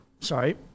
Sorry